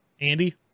Andy